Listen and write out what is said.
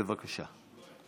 בבקשה.